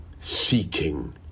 seeking